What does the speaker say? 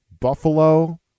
Buffalo